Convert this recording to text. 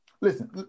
Listen